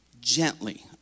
gently